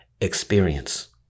experience